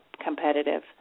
Competitive